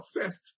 first